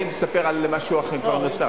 אני מספר על משהו אחר, נוסף.